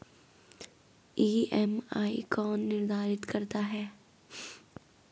EMI कौन निर्धारित करता है?